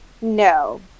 No